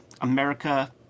America